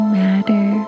matter